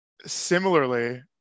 similarly